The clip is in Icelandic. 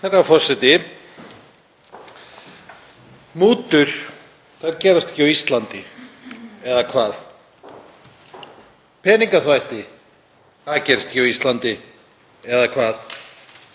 Herra forseti. Mútur, þær gerast ekki á Íslandi. Eða hvað? Peningaþvætti, það gerist ekki á Íslandi. Eða hvað?